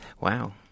Wow